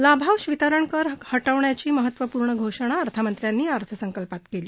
लाभांश वितरण कर हटवण्याची महत्त्वपूर्ण घोषणा अर्थमंत्र्यांनी या अर्थसंकल्पात केली